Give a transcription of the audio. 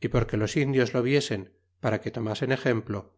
y porque los indios lo viesen para que tomasen exemplo